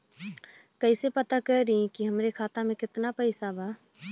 कइसे पता करि कि हमरे खाता मे कितना पैसा बा?